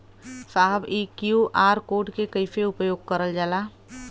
साहब इ QR code के कइसे उपयोग करल जाला?